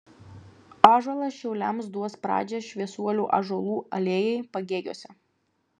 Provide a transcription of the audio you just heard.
ąžuolas šauliams duos pradžią šviesuolių ąžuolų alėjai pagėgiuose